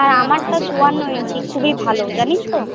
হ্যাঁ আমারটা চুয়ান্ন ইঞ্চি খুবই ভালো জানিস তো